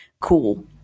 cool